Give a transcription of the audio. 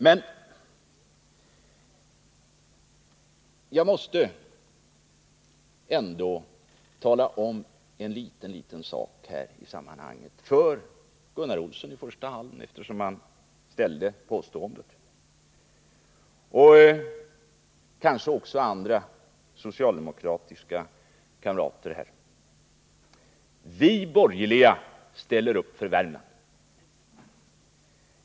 Men jag måste ändå tala om en liten sak i sammanhanget, i första hand för Gunnar Olsson, eftersom han gjorde påståendet — kanske också för andra socialdemokratiska kamrater: Vi borgerliga ställer upp för Värmland.